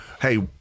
hey